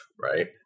right